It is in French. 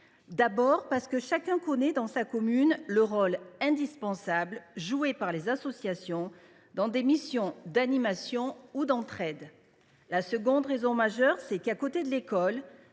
D’abord, parce que chacun connaît dans sa commune le rôle indispensable joué par les associations dans des missions d’animation ou d’entraide. Ensuite, parce qu’à côté de l’école